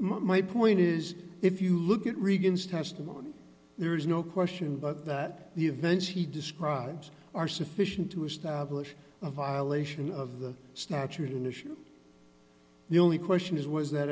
my point is if you look at reagan's testimony there is no question but that the events he describes are sufficient to establish a violation of the statute in issue the only question is was that